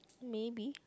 maybe